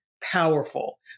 Powerful